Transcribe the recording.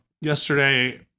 yesterday